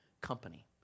company